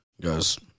Guys